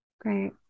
Great